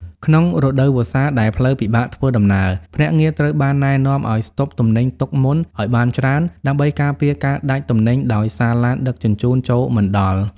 ក្នុងរដូវវស្សាដែលផ្លូវពិបាកធ្វើដំណើរ ភ្នាក់ងារត្រូវបានណែនាំឱ្យ "ស្តុកទំនិញទុកមុនឱ្យបានច្រើន" ដើម្បីការពារការដាច់ទំនិញដោយសារឡានដឹកជញ្ជូនចូលមិនដល់។